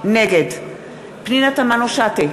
נגד פנינה תמנו-שטה,